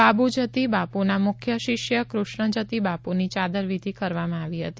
બાબુજતી બાપુના મુખ્ય શિષ્ય કૃષ્ણજતી બાપુની ચાદરવિધી કરવામાં આવી હતી